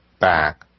back